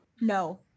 No